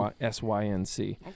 s-y-n-c